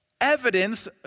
evidence